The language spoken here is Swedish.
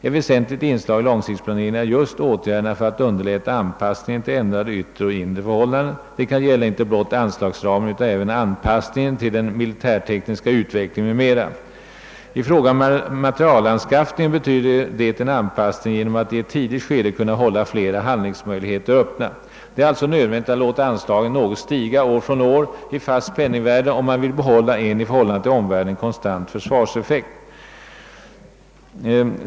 Ett väsentligt inslag i långsiktsplaneringen är just åtgärderna för att underlätta anpassningen till ändrade yttre och inre förhållanden. Det kan gälla inte blott anslagsramen utan även anpassningen till den militära, tekniska utvecklingen m.m. I fråga om materielanskaffningen betyder det en anpassning genom att i ett tidigt skede kunna hålla fler handlingsmöjligheter öppna. Det är alltså nödvändigt att låta anslagen stiga något år från år i fast penningvärde om man vill behålla en i förhållande till omvärlden konstant försvarseffekt.